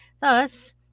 Thus